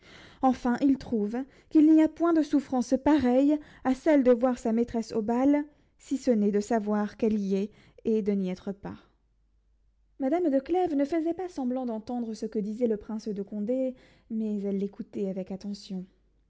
enfin il trouve qu'il n'y a point de souffrance pareille à celle de voir sa maîtresse au bal si ce n'est de savoir qu'elle y est et de n'y être pas madame de clèves ne faisait pas semblant d'entendre ce que disait le prince de condé mais elle l'écoutait avec attention